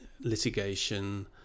litigation